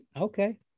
Okay